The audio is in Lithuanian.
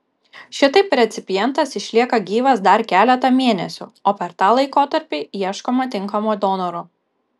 šitaip recipientas išlieka gyvas dar keletą mėnesių o per tą laikotarpį ieškoma tinkamo donoro